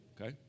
Okay